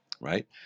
right